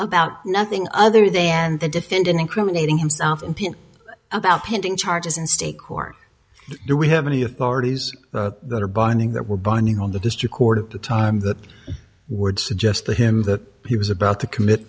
about nothing other than the defendant incriminating himself and about pending charges in state court do we have any authorities that are binding that were binding on the district court at the time that would suggest to him that he was about to commit